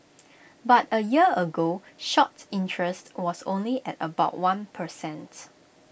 but A year ago shorts interest was only at about one per cents